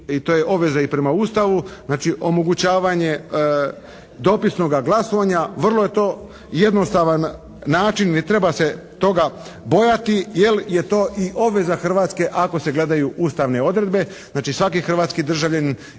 i to je obveza i prema Ustavu. Znači, omogućavanje dopisnoga glasovanja, vrlo je to jednostavan način, ne treba se toga bojati, jer je to i obveza Hrvatske ako se gledaju ustavne odredbe. Znači, svaki hrvatski državljanin